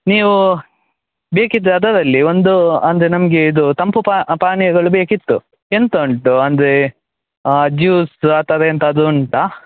ನೀವು ಬೇಕಿದ್ದರೆ ಅದರಲ್ಲಿ ಒಂದು ಅಂದರೆ ನಮಗೆ ಇದು ತಂಪು ಪಾನೀಯಗಳು ಬೇಕಿತ್ತು ಎಂಥ ಉಂಟು ಅಂದರೆ ಜ್ಯೂಸು ಆ ಥರ ಎಂತಾದರು ಉಂಟಾ